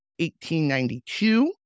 1892